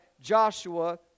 Joshua